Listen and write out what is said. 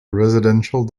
residential